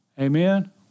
Amen